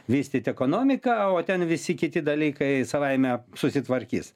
vystyti ekonomiką o ten visi kiti dalykai savaime susitvarkys